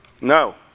No